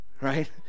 right